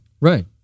right